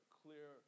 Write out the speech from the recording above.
clear